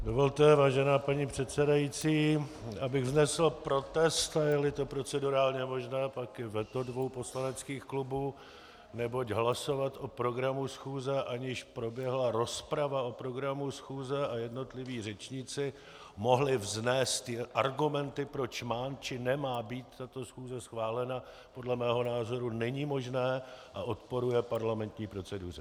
Dovolte, vážená paní předsedající, abych vznesl protest, a jeli to procedurálně možné, pak i veto dvou poslaneckých klubů, neboť hlasovat o programu schůze, aniž proběhla rozprava o programu schůze a jednotliví řečníci mohli vznést argumenty, proč má, či nemá být tato schůze schválena, podle mého názoru není možné a odporuje parlamentní proceduře.